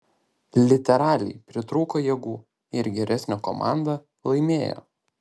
literaliai pritrūko jėgų ir geresnė komanda laimėjo